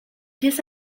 pièce